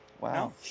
Wow